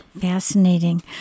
Fascinating